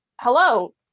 hello